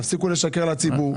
תפסיקו לשקר לציבור,